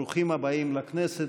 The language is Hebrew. ברוכים הבאים לכנסת.